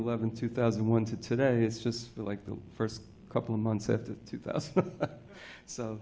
eleventh two thousand and one to today it's just like the first couple of months at the two thousand so